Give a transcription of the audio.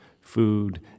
food